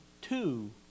two